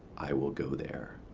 i will go there.